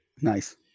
Nice